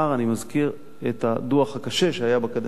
אני מזכיר את הדוח הקשה שהיה בקדנציה